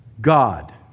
God